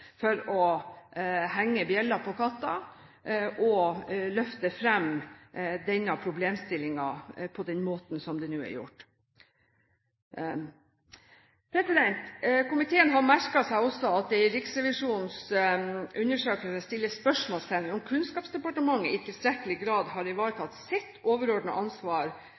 for å henge bjella på katta og løfte fram denne problemstillingen på den måten det nå er gjort. Komiteen har også merket seg at det i Riksrevisjonens undersøkelse stilles spørsmål ved om Kunnskapsdepartementet i tilstrekkelig grad har ivaretatt sitt overordnede ansvar